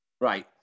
Right